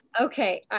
Okay